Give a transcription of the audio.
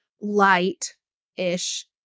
light-ish